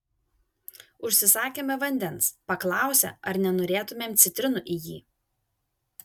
užsisakėme vandens paklausė ar nenorėtumėm citrinų į jį